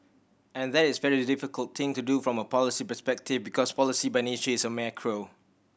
and that is a very difficult thing to do from a policy perspective because policy by nature is macro